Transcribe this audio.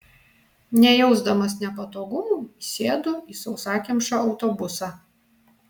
nejausdamas nepatogumų įsėdu į sausakimšą autobusą